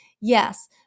yes